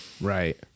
Right